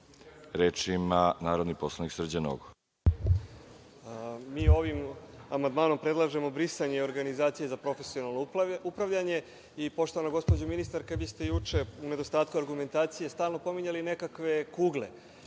reč? Reč ima narodni poslanik Srđan Nogo. **Srđan Nogo** Mi ovim amandmanom predlažemo brisanje organizacije za profesionalno upravljanje i poštovana gospođo ministarka, vi ste juče u nedostatku argumentacije stalno pominjali nekakve kugle.